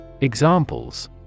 Examples